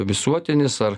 visuotinis ar